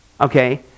okay